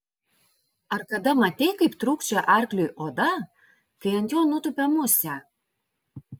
ar kada matei kaip trūkčioja arkliui oda kai ant jo nutupia musė